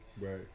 Right